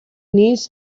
needs